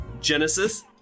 Genesis